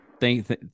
thank